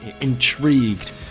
intrigued